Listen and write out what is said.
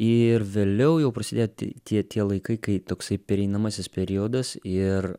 ir vėliau jau prasidėjo tie tie tie laikai kai toksai pereinamasis periodas ir